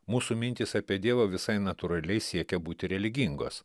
mūsų mintys apie dievą visai natūraliai siekia būti religingos